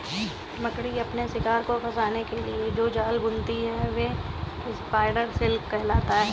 मकड़ी अपने शिकार को फंसाने के लिए जो जाल बुनती है वही स्पाइडर सिल्क कहलाता है